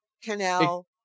Canal